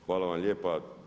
Hvala vam lijepa.